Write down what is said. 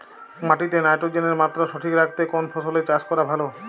মাটিতে নাইট্রোজেনের মাত্রা সঠিক রাখতে কোন ফসলের চাষ করা ভালো?